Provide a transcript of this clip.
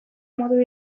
modu